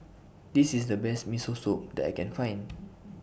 This IS The Best Miso Soup that I Can Find